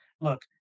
look